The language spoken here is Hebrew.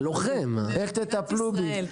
לבד, איך תטפלו בי.